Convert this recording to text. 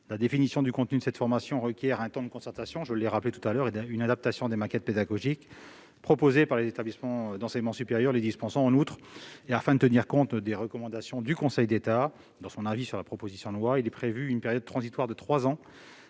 La définition du contenu de cette formation requiert un temps de concertation et une adaptation des maquettes pédagogiques des formations proposées par les établissements d'enseignement supérieur les dispensant. En outre, afin de tenir compte de la recommandation du Conseil d'État dans son avis sur la proposition de loi, il est prévu une période transitoire de trois ans